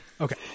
Okay